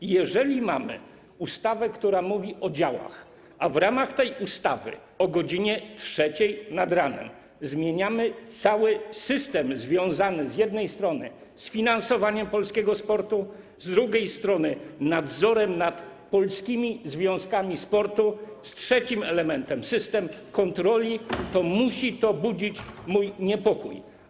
I jeżeli mamy ustawę, która mówi o działach, a w ramach tej ustawy o godz. 3 nad ranem zmieniamy cały system związany z jednej strony z finansowaniem polskiego sportu, z drugiej strony z nadzorem nad polskimi związkami sportu, z trzecim elementem, z systemem kontroli, to musi to budzić mój niepokój.